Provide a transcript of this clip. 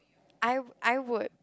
I I would